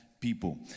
people